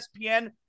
ESPN